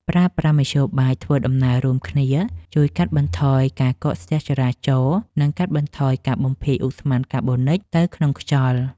ប្រើប្រាស់មធ្យោបាយធ្វើដំណើររួមគ្នាជួយកាត់បន្ថយការកកស្ទះចរាចរណ៍ និង កាត់បន្ថយការបំភាយឧស្ម័នកាបូនិចទៅក្នុងខ្យល់។